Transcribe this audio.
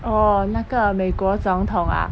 orh 那个美国总统啊